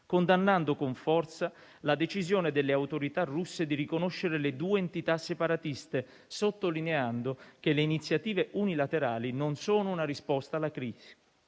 condannando con forza la decisione delle autorità russe di riconoscere le due entità separatiste, sottolineando che le iniziative unilaterali non sono una risposta alla crisi.